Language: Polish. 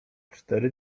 cztery